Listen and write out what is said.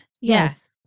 Yes